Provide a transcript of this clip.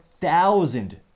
thousand